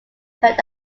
heard